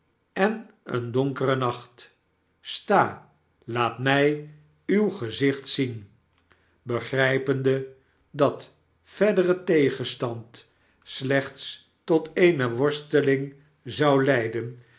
en een donkeren nacht sta laat mij uw gezicht zien begrijpende dat verdere tegenstand slechts tot eene worsteling zou leiden